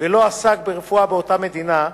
וכן מי שלמד רפואה מחוץ לישראל ולא עסק ברפואה באותה מדינה,